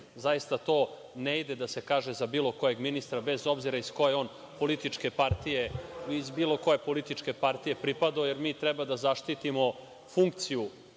Zaista, to ne ide da se kaže za bilo kojeg ministra, bez obzira kojoj on političkoj partiji pripada, jer mi treba da zaštitimo funkciju,